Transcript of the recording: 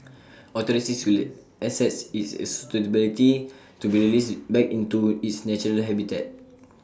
authorities will assess its suitability to be released back into its natural habitat